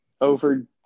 Over